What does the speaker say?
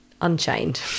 Unchained